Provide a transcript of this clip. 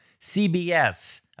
CBS